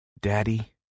Daddy